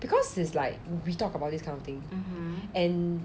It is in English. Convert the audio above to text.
because is like we talk about this kind of thing and